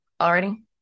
already